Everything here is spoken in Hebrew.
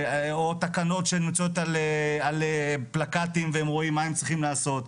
או תקנות שמצויות על פלקטים והם רואים מה הם צריכים לעשות.